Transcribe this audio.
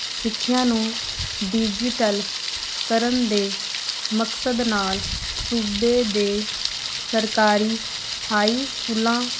ਸਿੱਖਿਆ ਨੂੰ ਡਿਜੀਟਲ ਕਰਨ ਦੇ ਮਕਸਦ ਨਾਲ ਸੂਬੇ ਦੇ ਸਰਕਾਰੀ ਹਾਈ ਸਕੂਲਾਂ